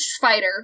fighter